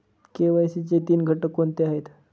KYC चे तीन घटक कोणते आहेत?